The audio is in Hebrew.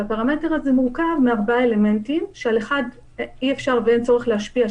הפרמטר הזה מורכב מארבעה אלמנטים: על אחד אי-אפשר ואין צורך להשפיע,